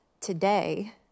today